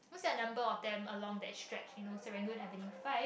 what's your number of them along that stretch you know Serangoon avenue five